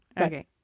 Okay